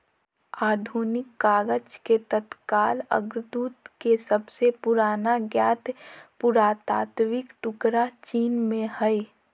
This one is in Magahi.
आधुनिक कागज के तत्काल अग्रदूत के सबसे पुराने ज्ञात पुरातात्विक टुकड़ा चीन में हइ